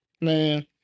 man